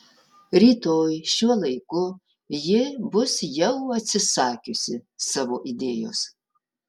rytoj šiuo laiku ji bus jau atsisakiusi savo idėjos